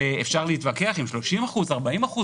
ואפשר להתווכח אם זה 30% או 40%,